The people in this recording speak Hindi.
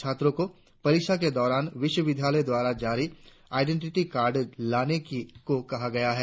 छात्रों को परीक्षा के दौरान विश्व विद्यालय द्वारा जारी आईडेंटीटी कार्ड लेकर आने को कहा गया है